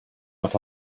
but